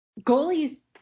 goalies